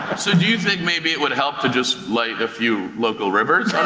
so do you think maybe it would help to just light a few local rivers on